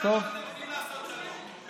הכנסת ווליד טאהא,